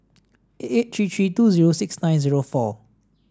eight eight three three two zero six nine zero four